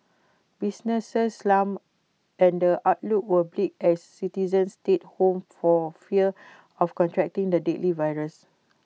businesses slumped and A outlook was bleak as citizens stayed home for fear of contracting the deadly virus